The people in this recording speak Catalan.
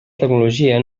tecnologia